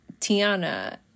Tiana